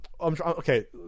Okay